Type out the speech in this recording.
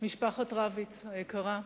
משפחת רביץ היקרה,